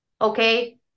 okay